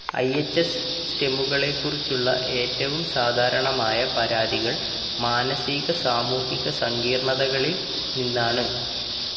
I H S സ്റ്റെമുകളെക്കുറിച്ചുള്ള ഏറ്റവും സാധാരണമായ പരാതികൾ മാനസിക സാമൂഹിക സങ്കീർണതകളിൽ നിന്നാണ്